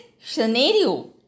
scenario